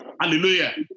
Hallelujah